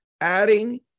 adding